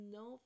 no